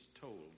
told